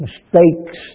Mistakes